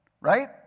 Right